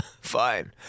Fine